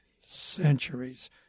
centuries